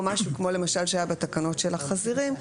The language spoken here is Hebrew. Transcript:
משהו כמו שלמשל היה בתקנות של החזירים,